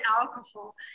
alcohol